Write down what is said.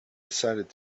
decided